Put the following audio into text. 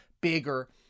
bigger